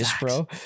bro